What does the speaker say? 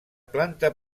planta